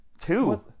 Two